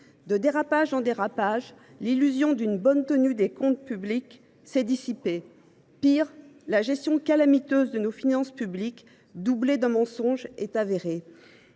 De dérapage en dérapage, l’illusion d’une bonne tenue des comptes publics s’est dissipée. Pis, la gestion calamiteuse de nos finances publiques, doublée d’un mensonge, est avérée.